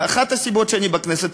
אחת הסיבות שאני בכנסת,